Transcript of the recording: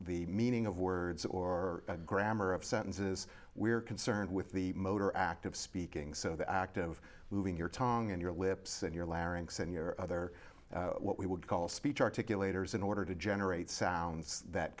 the meaning of words or a grammar of sentences we're concerned with the motor act of speaking so the act of moving your tongue and your lips and your larynx and your other what we would call speech articulators in order to generate sounds that